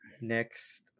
next